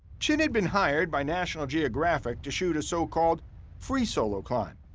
chin had been hired by national geographic to shoot a so-called free solo climb,